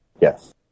Yes